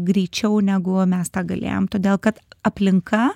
greičiau negu mes tą galėjom todėl kad aplinka